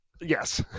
Yes